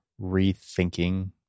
rethinking